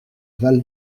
val